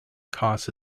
costs